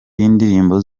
y’indirimbo